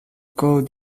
could